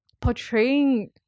portraying